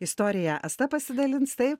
istorija asta pasidalins taip